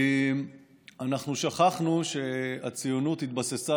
אנחנו שכחנו שהציונות התבססה,